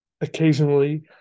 occasionally